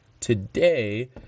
Today